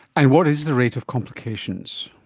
and what is the rate of complications?